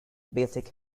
basic